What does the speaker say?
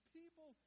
people